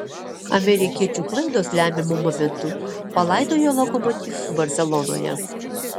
amerikiečių klaidos lemiamu momentu palaidojo lokomotiv barselonoje